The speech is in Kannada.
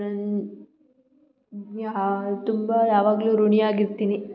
ನನ್ನ ಯಾ ತುಂಬ ಯಾವಾಗಲೂ ಋಣಿಯಾಗಿರ್ತೀನಿ